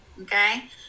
Okay